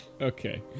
Okay